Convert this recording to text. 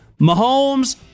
Mahomes